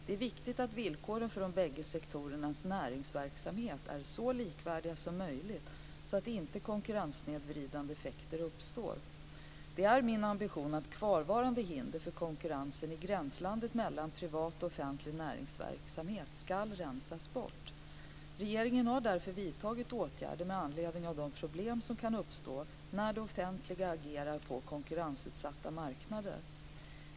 Det är viktigt att villkoren för de bägge sektorernas näringsverksamhet är så likvärdiga som möjligt så att inte konkurrenssnedvridande effekter uppstår. Det är min ambition att kvarvarande hinder för konkurrens i gränslandet mellan privat och offentlig näringsverksamhet ska rensas bort. Regeringen har därför vidtagit åtgärder med anledning av de problem som kan uppstå när det offentliga agerar på konkurrensutsatta marknader.